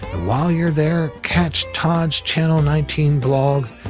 while you're there, catch todd's channel nineteen blog,